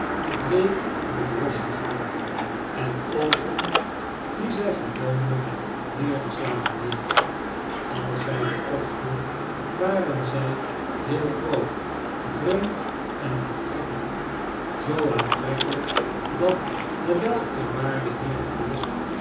bleek met rossig haar en oogen die zij gewoonlijk neergeslagen hield als zij ze opsloeg waren zij heel groot vreemd en aantrekkelijk zoo aantrekkelijk dat de weleerwaarde heer